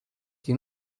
qui